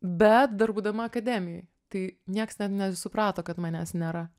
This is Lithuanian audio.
bet dar būdama akademijoj tai nieks net nesuprato kad manęs nėra